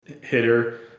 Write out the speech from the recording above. hitter